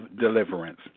deliverance